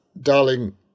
darling